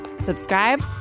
subscribe